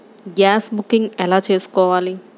Gas booking ఎలా చేసుకోవాలి?